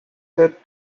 set